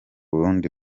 rundi